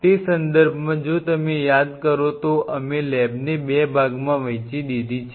તે સંદર્ભમાં જો તમે યાદ કરો તો અમે લેબને 2 ભાગમાં વહેંચી દીધી છે